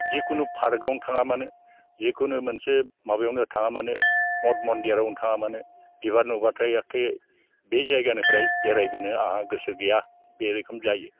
जिखुनु पार्कआव थाङा मानो जेखुनु मोनसे माबायावनो थाङा मानो मत मन्दिरावनो थाङा मानो बिबार नुबाथाय एखे बे जायगानिफ्राय एरायबोनो आंहा गोसो गैया बे रोखोम जायो